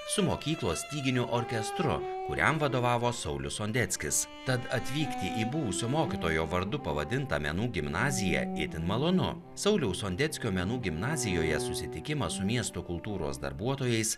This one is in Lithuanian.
su mokyklos styginių orkestru kuriam vadovavo saulius sondeckis tad atvykti į buvusio mokytojo vardu pavadintą menų gimnaziją itin malonu sauliaus sondeckio menų gimnazijoje susitikimą su miesto kultūros darbuotojais